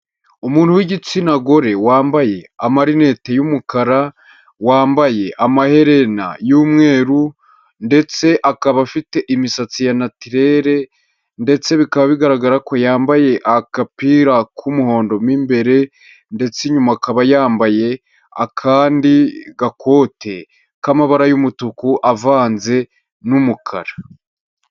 Umuntu w'igitsina gore wambaye amarinete y'umukara, wambaye amaherena y'umweru ndetse akaba afite imisatsi ya natirere ndetse bikaba bigaragara ko yambaye agapira k'umuhondo mo imbere ndetse nyuma akaba yambaye akandi gakote k'amabara y'umutuku avanze n'umukara.